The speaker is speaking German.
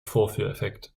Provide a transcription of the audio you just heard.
vorführeffekt